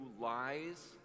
lies